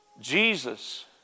Jesus